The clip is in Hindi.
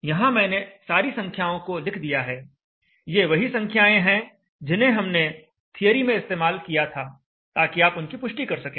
यहाँ मैंने सारी संख्याओं को लिख दिया है ये वही संख्याएं हैं जिन्हें हमने थिअरी में इस्तेमाल किया था ताकि आप उनकी पुष्टि कर सकें